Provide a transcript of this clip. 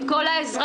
את כל האזרחים,